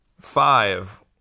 Five